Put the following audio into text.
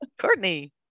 Courtney